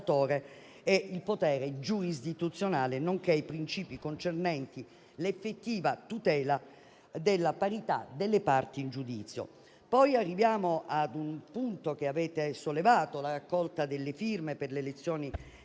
Arriviamo ad un punto che avete sollevato. La raccolta delle firme per le elezioni europee